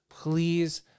Please